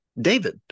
David